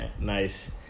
nice